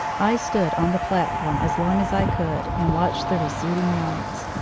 i stood on the platform as long as i could and watched the receding lights.